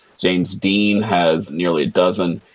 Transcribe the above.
james dean has nearly a dozen.